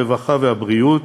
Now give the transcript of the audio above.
הרווחה והבריאות